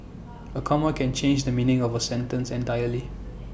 A comma can change the meaning of A sentence entirely